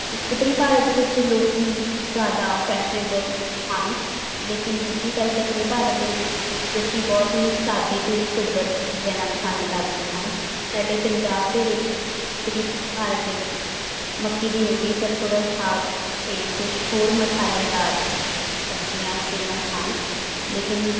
ਉੱਤਰੀ ਭਾਰਤ ਵਿੱਚ ਲੋਕ ਜ਼ਿਆਦਾ ਫੈਂਸ਼ਨਏਬਲ ਹਨ ਲੇਕਿਨ ਦੂਜੀ ਤਰਫ ਦੱਖਣੀ ਭਾਰਤ ਦੇ ਵਿੱਚ ਲੋਕ ਬਹੁਤ ਹੀ ਸਾਦੇ ਅਤੇ ਸੋਬਰ ਰਹਿਣਾ ਪਸੰਦ ਕਰਦੇ ਹਨ ਸਾਡੇ ਪੰਜਾਬ ਦੇ ਵਿੱਚ ਉੱਤਰੀ ਭਾਰਤ ਦੇ ਵਿੱਚ ਮੱਕੀ ਦੀ ਰੋਟੀ ਸਰਸੋਂ ਦਾ ਸਾਗ ਅਤੇ ਕੁਛ ਹੋਰ ਮਸਾਲੇਦਾਰ ਸਬਜ਼ੀਆਂ ਫੇਮਸ ਹਨ ਲੇਕਿਨ